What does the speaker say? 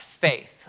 faith